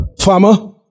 Farmer